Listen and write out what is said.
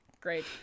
great